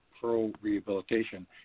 pro-rehabilitation